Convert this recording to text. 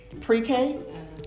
pre-K